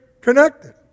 connected